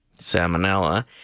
Salmonella